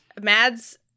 Mads